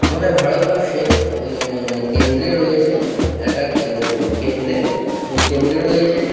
আমাদের ভারতবর্ষে কেন্দ্রে রয়েছে একটা কেন্দ্রে কেন্দ্রে রয়েছে